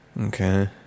Okay